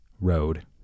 road